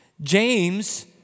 James